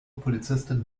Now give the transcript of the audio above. polizistin